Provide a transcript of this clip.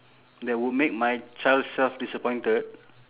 that would make my child self disappointed